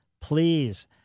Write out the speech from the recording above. please